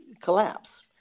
collapse